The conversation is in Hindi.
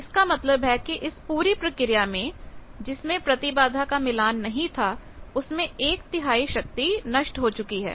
जिसका मतलब है कि इस पूरी प्रक्रिया में जिसमें प्रतिबाधा का मिलान नहीं था उसमें एक तिहाई शक्ति नष्ट हो गई है